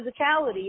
physicality